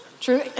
True